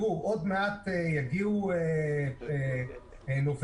עוד מעט יגיעו נובמבר,